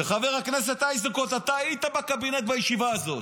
וחבר הכנסת איזנקוט, אתה היית בקבינט בישיבה הזאת,